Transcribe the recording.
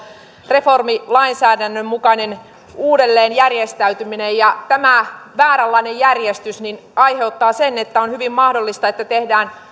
reformi lainsäädännön mukainen uudelleenjärjestäytyminen ja tämä vääränlainen järjestys aiheuttaa sen että on hyvin mahdollista että tehdään